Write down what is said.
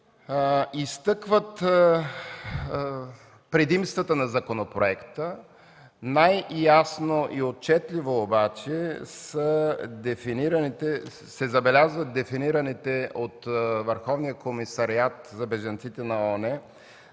изтъкват предимствата на законопроекта. Най-ясно и отчетливо обаче се забелязват дефинираните от Върховния